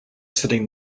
sitting